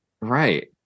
Right